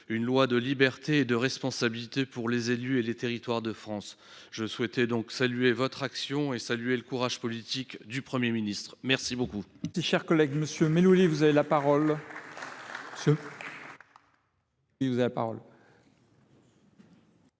d’une loi de liberté et de responsabilité pour les élus et les territoires de France. Je tenais donc à saluer votre action, ainsi que le courage politique du Premier ministre. La parole